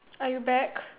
are you back